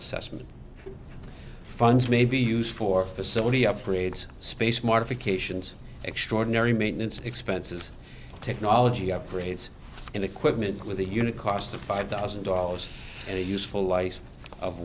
assessment funds may be used for facility upgrades space modifications extraordinary maintenance expenses technology upgrades and equipment with a unit cost of five thousand dollars and a useful life of